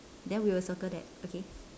then we will circle that okay